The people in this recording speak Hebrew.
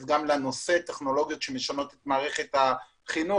גם לנושא של טכנולוגיות שמשנות את מערכת החינוך.